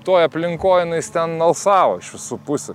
toj aplinkoj nu jis ten alsavo iš visų pusių